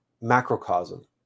macrocosm